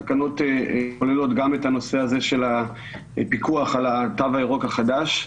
התקנות כוללות גם את הנושא הזה של פיקוח על התו הירוק החדש.